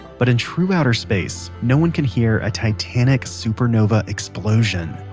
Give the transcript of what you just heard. but in true outer space no one can hear a titanic supernova explosion,